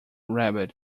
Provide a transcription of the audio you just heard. rabbit